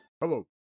Hello